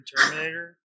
Terminator